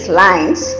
lines